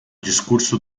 discurso